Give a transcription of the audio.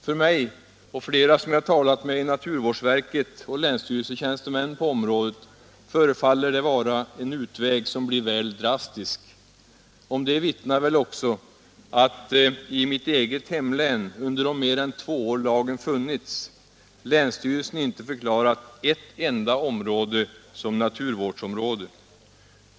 För mig, för flera som jag talat med i naturvårdsverket och för länsstyrelsetjänstemän på området förefaller det vara en utväg som blir väl drastisk. Om det vittnar väl också att länsstyrelsen i mitt eget hemlän, under de mer än två år som lagen funnits, inte förklarat ett enda område som naturvårdsområde.